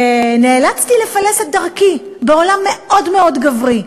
נאלצתי לפלס את דרכי בעולם מאוד מאוד גברי.